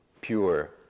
pure